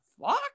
fuck